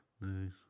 Nice